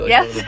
Yes